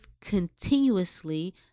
continuously